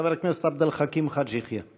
חבר הכנסת עבד אל חכים חאג' יחיא.